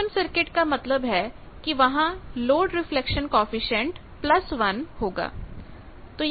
open circuit का मतलब है कि वहां लोड रिफ्लेक्शन कॉएफिशिएंट 1 होगा